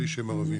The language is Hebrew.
שליש הם ערבים,